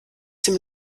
dem